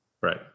right